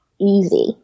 easy